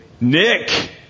Nick